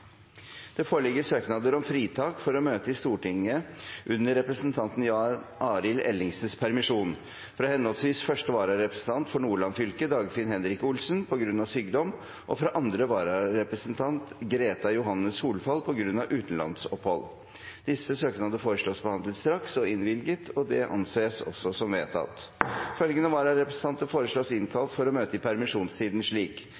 Det foreligger søknader om fritak fra å møte i Stortinget under representanten Jan Arild Ellingsens permisjon fra henholdsvis første vararepresentant for Nordland fylke, Dagfinn Henrik Olsen, på grunn av sykdom, og fra andre vararepresentant, Greta Johanne Solfall, på grunn av utenlandsopphold. Etter forslag fra presidenten ble enstemmig besluttet: Søknadene behandles straks og innvilges. Følgende vararepresentanter